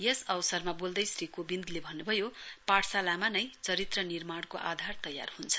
यस अवसरमा बोल्दै श्री कोविन्दले भन्नु भयो पाठशालामा नै चरित्र निर्माणको आधार तयार हन्छ